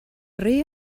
rei